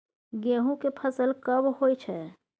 गेहूं के फसल कब होय छै?